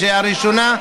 מיכאלי, שהיא הראשונה,